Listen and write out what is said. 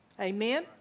Amen